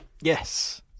Yes